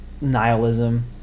nihilism